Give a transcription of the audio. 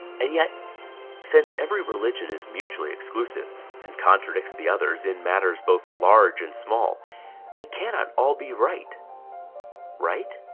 and yet since every religion is mutually exclusive and contradicts the others in matters both large and small they cannot all be right right